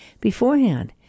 beforehand